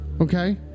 okay